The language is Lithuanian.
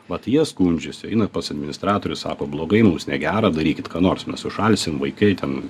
vat jie skundžiasi eina pas administratorius sako blogai mums negera darykit ką nors mes sušalsim vaikai ten